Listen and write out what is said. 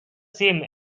same